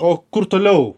o kur toliau